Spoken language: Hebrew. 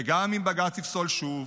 וגם אם בג"ץ יפסול שוב,